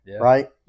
right